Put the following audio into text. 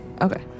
Okay